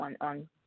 on